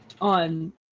on